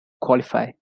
qualify